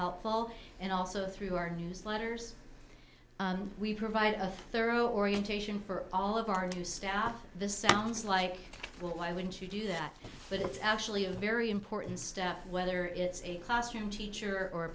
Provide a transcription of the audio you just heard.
helpful and also through our newsletters we provide a thorough orientation for all of our new staff the sounds like why wouldn't you do that but it's actually a very important step whether it's a classroom teacher or a